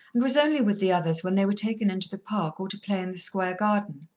and was only with the others when they were taken into the park or to play in the square garden.